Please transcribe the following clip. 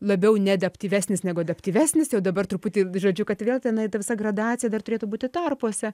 labiau neadaptyvesnis negu adaptyvesnis jau dabar truputį žodžiu kad vėl tenai ta visa gradacija dar turėtų būti tarpuose